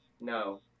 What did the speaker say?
No